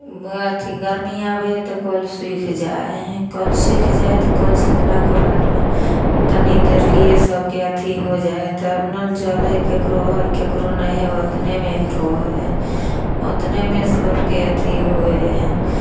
अथी गरमी आबै हइ तऽ कऽल सुखि जाइ हइ कऽल सुखि जाइ हइ तऽ कऽल सुखलाके बादमे तनि देर लिए सभके अथी हो जाइ हइ तब नल जल हइ केकरो हइ केकरो नहि हइ ओतनेमे रहै हइ ओतनेमे सभके अथी होइ हइ